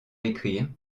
écrire